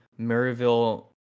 Maryville